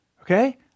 Okay